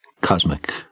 cosmic